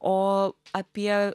o apie